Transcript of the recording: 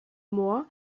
more